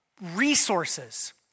resources